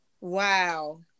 wow